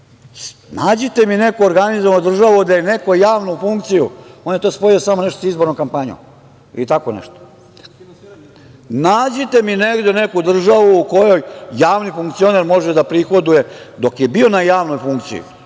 Nađite mi neku organizovanu državu da je neko javnu funkciju, on je to spojio samo nešto sa izbornom kampanjom, ili tako nešto. Nađite mi negde neku državu u kojoj javni funkcioner može da prihoduje dok je bio na javnoj funkciji,